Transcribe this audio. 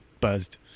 buzzed